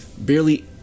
barely